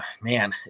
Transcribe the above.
man